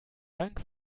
dank